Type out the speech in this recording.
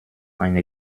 eine